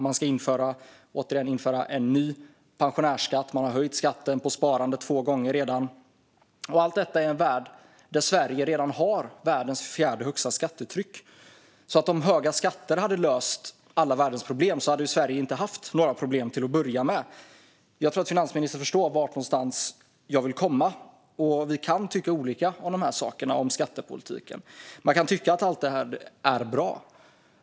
Man ska införa en ny pensionärsskatt, och man har redan höjt skatten på sparande två gånger. Allt detta sker när Sverige redan har världens fjärde högsta skattetryck. Om höga skatter hade löst alla världens problem hade Sverige inte haft några problem till att börja med. Jag tror att finansministern förstår vart jag vill komma. Vi kan tycka olika om de här sakerna och om skattepolitiken. Man kan tycka att allt detta är bra.